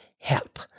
help